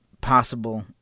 possible